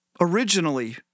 originally